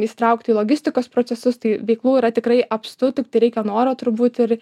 įsitraukti į logistikos procesus tai veiklų yra tikrai apstu tiktai reikia noro turbūt ir